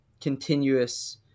continuous